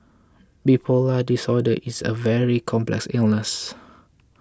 bipolar disorder is a very complex illness